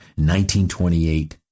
1928